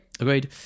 Agreed